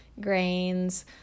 grains